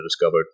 discovered